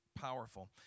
powerful